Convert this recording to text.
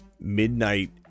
midnight